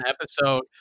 episode